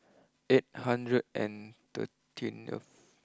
eight hundred and thirteen